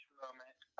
moment